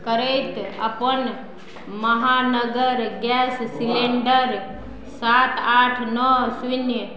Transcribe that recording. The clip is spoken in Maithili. करैत अपन महानगर गैस सिलिंडर सात आठ नओ शून्य